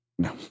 No